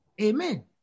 Amen